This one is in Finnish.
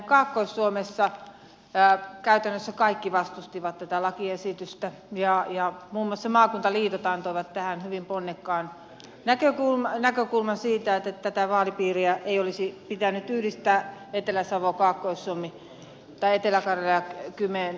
kaakkois suomessa käytännössä kaikki vastustivat tätä lakiesitystä ja muun muassa maakuntaliitot antoivat tähän hyvin ponnekkaan näkökulman siitä että tätä vaalipiiriä ei olisi pitänyt yhdistää etelä savo etelä karjala ja kymenlaakso